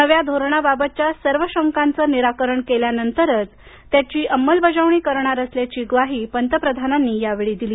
नव्या धोरणाबाबतच्या सर्व शंकांचं निराकरण केल्यानंतरच त्याची अंमलबजावणी करणार असल्याची ग्वाही पंतप्रधानांनी यावेळी दिली